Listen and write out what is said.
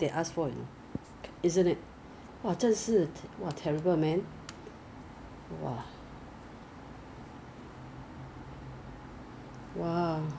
you know Taobao it's like you if you shop Taobao before right you you should know that erm you know the same product ah they have different sellers selling the different price so of course 我们当然是选便宜的 lah